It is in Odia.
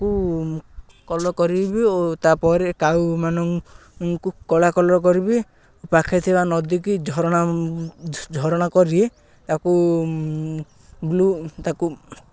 କୁ କଲର୍ କରିବି ଓ ତା'ପରେ କାଉ ମାନଙ୍କୁ କଳା କଲର୍ କରିବି ପାଖରେ ଥିବା ନଦୀକି ଝରଣା ଝରଣା କରି ତାକୁ ବ୍ଲୁ ତାକୁ